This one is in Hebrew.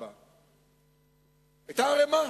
4. היתה ערימה.